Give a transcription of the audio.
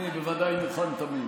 אני, בוודאי, מוכן תמיד.